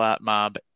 mob